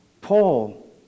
Paul